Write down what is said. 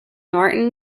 martin